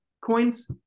coins